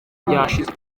ryashize